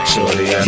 Surely